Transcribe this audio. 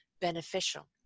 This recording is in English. beneficial